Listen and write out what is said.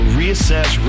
reassess